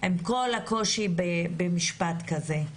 עם כל הקושי במשפט שכזה.